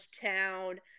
town